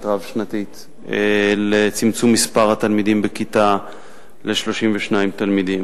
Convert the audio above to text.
רב-שנתית לצמצום מספר התלמידים בכיתה ל-32 תלמידים.